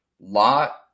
lot